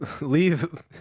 Leave